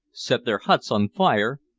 set their huts on fire,